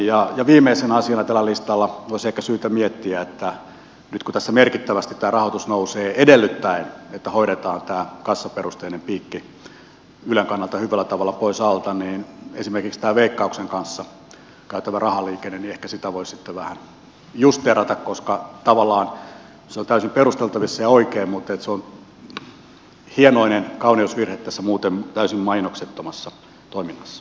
viimeisenä asiana tällä listalla olisi ehkä syytä miettiä sitä että nyt kun tässä merkittävästi tämä rahoitus nousee edellyttäen että hoidetaan tämä kassaperusteinen piikki ylen kannalta hyvällä tavalla pois alta niin esimerkiksi tätä veikkauksen kanssa käytävää rahaliikennettä ehkä voisi sitten vähän justeerata koska tavallaan se on täysin perusteltavissa ja oikein mutta se on hienoinen kauneusvirhe tässä muuten täysin mainoksettomassa toiminnassa